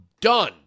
done